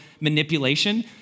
manipulation